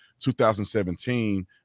2017